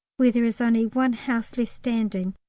where there is only one house left standing,